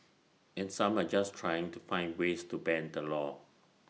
and some are just trying to find ways to bend the law